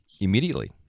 Immediately